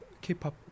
K-pop